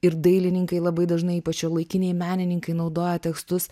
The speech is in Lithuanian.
ir dailininkai labai dažnai ypač šiuolaikiniai menininkai naudoja tekstus